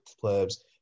clubs